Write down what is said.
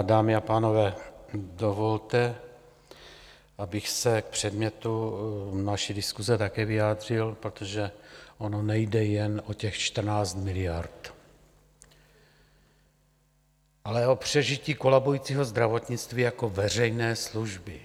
Dámy a pánové, dovolte, abych se k předmětu naší diskuse také vyjádřil, protože ono nejde jen o těch 14 miliard, ale o přežití kolabujícího zdravotnictví jako veřejné služby.